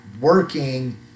Working